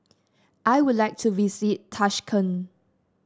I would like to visit Tashkent